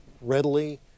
readily